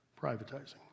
privatizing